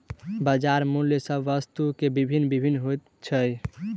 बजार मूल्य सभ वस्तु के भिन्न भिन्न होइत छै